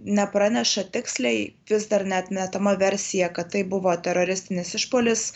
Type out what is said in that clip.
nepraneša tiksliai vis dar neatmetama versija kad tai buvo teroristinis išpuolis